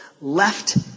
left